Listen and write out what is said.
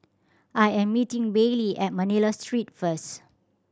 I am meeting Baylee at Manila Street first